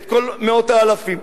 את כל מאות האלפים,